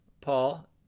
Paul